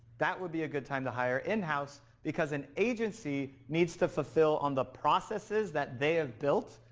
that would be a good time to hire in house, because an agency needs to fulfill on the processes that they have built,